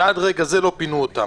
ועד רגע זה לא פינו אותם.